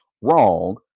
wrong